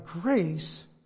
grace